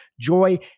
joy